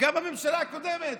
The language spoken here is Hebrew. גם בממשלה הקודמת,